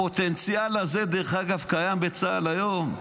הפוטנציאל הזה, דרך אגב, קיים בצה"ל היום.